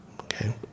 Okay